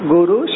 Guru